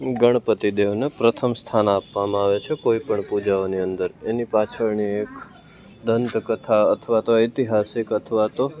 ગણપતિ દેવને પ્રથમ સ્થાન આપવામાં આવે છે કોઈપણ પૂજાઓની અંદર એની પાછળની એક દંત કથા અથવા તો ઐતિહાસિક અથવા તો